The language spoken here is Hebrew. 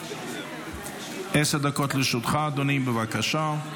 עשר דקות לרשותך, אדוני, בבקשה.